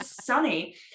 sunny